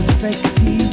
sexy